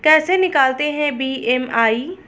कैसे निकालते हैं बी.एम.आई?